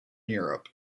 europe